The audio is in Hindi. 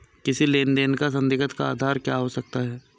किसी लेन देन का संदिग्ध का आधार क्या हो सकता है?